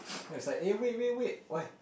he was like eh wait wait wait why